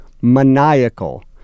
Maniacal